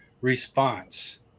response